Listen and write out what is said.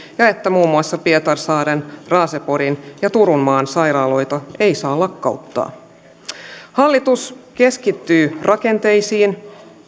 ja että muun muassa pietarsaaren raaseporin ja turunmaan sairaaloita ei saa lakkauttaa hallitus keskittyy rakenteisiin